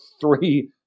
three